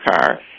car